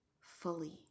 fully